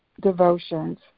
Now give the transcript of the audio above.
devotions